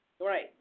Right